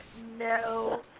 no